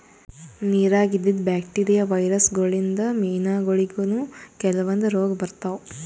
ನಿರಾಗ್ ಇದ್ದಿದ್ bacteria, virus ಗೋಳಿನ್ದ್ ಮೀನಾಗೋಳಿಗನೂ ಕೆಲವಂದ್ ರೋಗ್ ಬರ್ತಾವ್